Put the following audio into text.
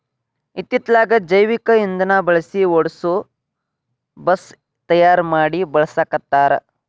ಇತ್ತಿತ್ತಲಾಗ ಜೈವಿಕ ಇಂದನಾ ಬಳಸಿ ಓಡಸು ಬಸ್ ತಯಾರ ಮಡಿ ಬಳಸಾಕತ್ತಾರ